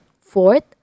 Fourth